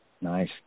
Nice